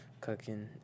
Cooking